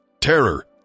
Terror